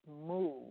move